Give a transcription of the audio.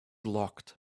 locked